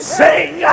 sing